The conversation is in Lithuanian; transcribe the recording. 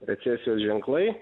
recesijos ženklai